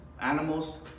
Animals